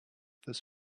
this